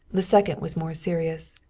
the second was more serious.